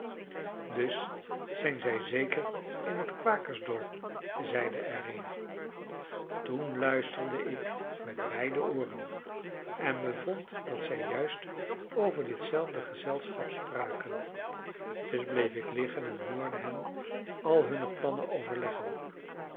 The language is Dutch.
dus zijn zij zeker in het kwakersdorp zeide er een toen luisterde ik met beide ooren en bevond dat zij juist over ditzelfde gezelschap spraken dus bleef ik liggen en hoorde hen al hunne plannen overleggen